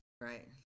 right